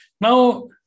now